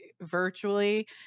virtually